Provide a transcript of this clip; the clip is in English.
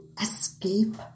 escape